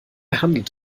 handelt